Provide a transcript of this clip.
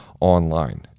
online